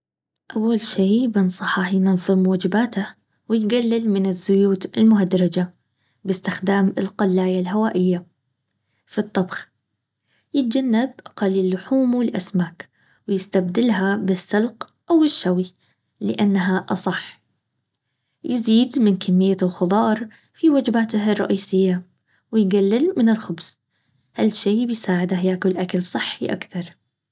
اول شي بنصحه ينظم وجباته ونقلل من الزيوت المهدرجة باستخدام القلاية الهوائية في الطبخ يتجنب قلي اللحوم والاسماك ويستبدلها بالسلق او الشوي لانها اصح. يزيد من الخضار في وجباته الرئيسية. ويقلل من الخبز. هالشي بيساعده ياكل اكل صحي اكثر